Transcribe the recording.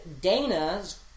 Dana's